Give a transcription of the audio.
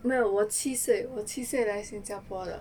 没有我七岁我七岁来新加坡的